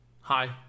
Hi